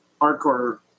hardcore